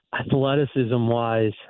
athleticism-wise